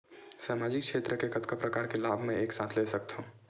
सामाजिक क्षेत्र के कतका प्रकार के लाभ मै एक साथ ले सकथव?